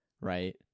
right